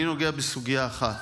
בסוגיה אחת,